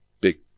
big